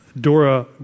Dora